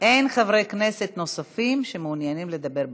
אין חברי כנסת נוספים שמעוניינים לדבר בנושא.